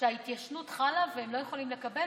שההתיישנות חלה והם לא יכולים לקבל,